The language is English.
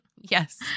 Yes